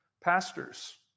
Pastors